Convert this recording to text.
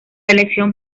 elección